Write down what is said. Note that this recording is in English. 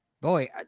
boy